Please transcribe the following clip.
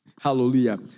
Hallelujah